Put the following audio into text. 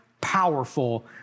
powerful